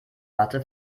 matte